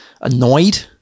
annoyed